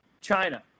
China